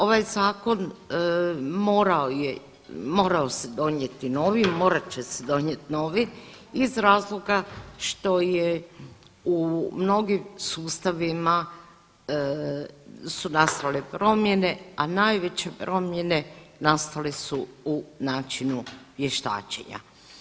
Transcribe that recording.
Ovaj zakon morao se donijeti novi, morat će se donijet novi iz razloga što je u mnogim sustavima su nastale promjene, a najveće promjene nastale su u načinu vještačenja.